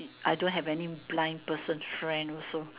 I don't have any blind person friend also